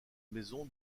maison